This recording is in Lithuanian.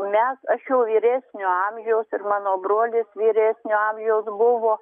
mes aš jau vyresnio amžiaus ir mano brolis vyresnio amžiaus buvo